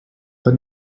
but